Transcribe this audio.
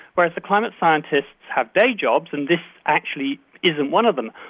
whereas the climate scientists have day jobs and this actually isn't one of them.